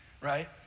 right